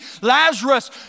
Lazarus